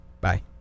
Bye